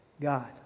God